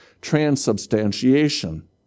transubstantiation